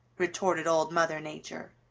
retorted old mother nature.